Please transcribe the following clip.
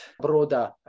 broader